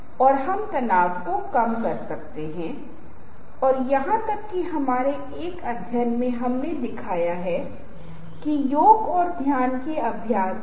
तो आपको इसकी आवश्यकता है आवश्यकता होने पर केवल रणनीतिक रूप से एनीमेशन का उपयोग करने की आवश्यकता है और समय के अन्य सभी अंकों पर नहीं